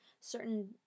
certain